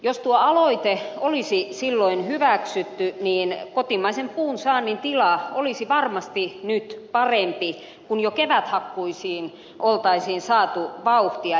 jos tuo aloite olisi silloin hyväksytty niin kotimaisen puunsaannin tila olisi varmasti nyt parempi kun jo keväthakkuisiin olisi saatu vauhtia